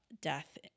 death